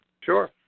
Sure